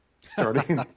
starting